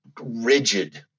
rigid